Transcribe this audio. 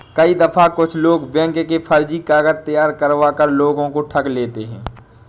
कई दफा कुछ लोग बैंक के फर्जी कागज तैयार करवा कर लोगों को ठग लेते हैं